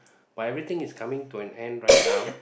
but everything is coming to an end right now